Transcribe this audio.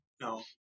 no